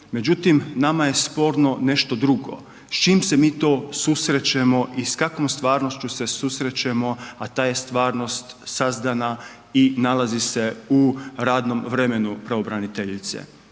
Međutim, nama je sporno nešto drugo. S čim se mi to susrećemo i s kakvom stvarnošću se susrećemo, a ta je stvarnost sazdana i nalazi se u radnom vremenu pravobraniteljice,